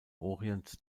orient